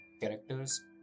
characters